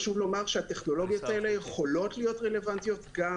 חשוב לומר שהטכנולוגיות האלה יכולות להיות רלוונטיות גם